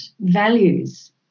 values